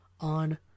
on